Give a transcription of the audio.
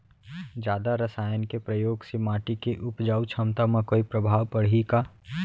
जादा रसायन के प्रयोग से माटी के उपजाऊ क्षमता म कोई प्रभाव पड़ही का?